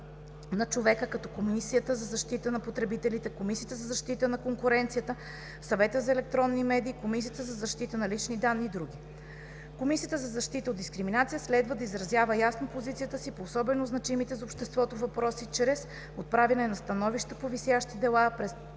на правата като Комисията за защита на потребителите, Комисията за защита на конкуренцията, Съвета за електронни медии, Комисията за защита на личните данни и др. Комисията за защита от дискриминация следва да изразява ясно позицията си по особено значимите за обществото въпроси чрез отправяне на становища по висящи дела пред